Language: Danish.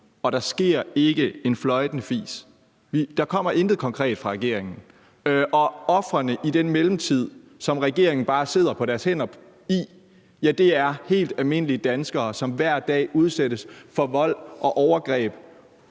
og der sker ikke en fløjtende fis. Der kommer intet konkret fra regeringen. Og ofrene i den mellemtid, som regeringen bare sidder på deres hænder i, er helt almindelige danskere, som hver dag udsættes for vold og overgreb,